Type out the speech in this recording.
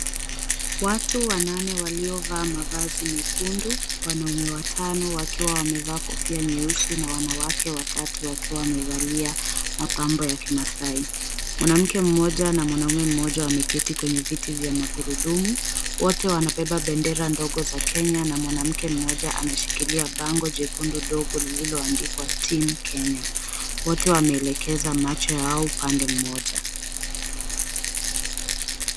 Watu wanane waliovaa mavazi mekundu wanaume watano wakiwa wamevaa kofia nyeusi, na wanawake watatu wakiwa wamevalia mapambo ya Kimaasai, mwanamke mmoja na mwanaume mmoja wameketi kwenye viti vya magurudumu wote wanabeba bendera ndogo za Kenya na mwanamke mmoja anashikilia bango jekundu ndogo lililoandikwa team Kenya. Wote wameelekeza macho yao upande mmoja.